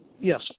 Yes